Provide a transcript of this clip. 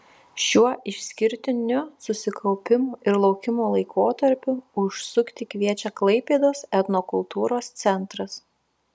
šiuo išskirtiniu susikaupimo ir laukimo laikotarpiu užsukti kviečia klaipėdos etnokultūros centras